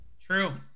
True